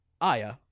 Aya